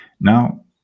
Now